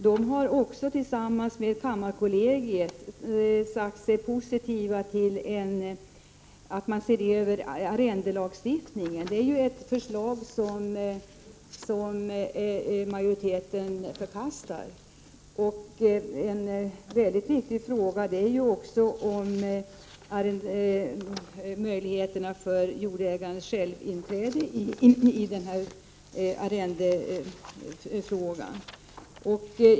De har också tillsammans med kammarkollegiet sagt sig vara positiva till att se över arrendelagstiftningen. Det är ju ett förslag som majoriteten förkastar. En viktig fråga gäller också möjligheterna för jordägaren själv i den här arrendefrågan.